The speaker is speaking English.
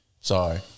Sorry